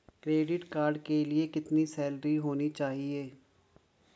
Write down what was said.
Credit card के लिए कितनी सैलरी होनी चाहिए?